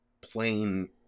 plain